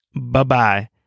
Bye-bye